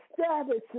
establish